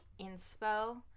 inspo